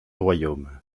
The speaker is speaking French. royaume